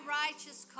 righteous